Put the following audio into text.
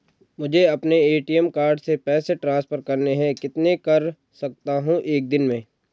मुझे अपने ATM card से पैसे ट्रांसफर करने हैं कितने कर सकता हूँ एक दिन में?